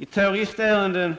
I terroristärenden